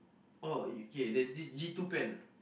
oh K there's this G two pen ah